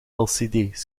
lcd